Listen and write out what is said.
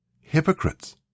Hypocrites